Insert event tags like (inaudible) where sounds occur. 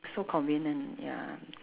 so convenient ya (noise)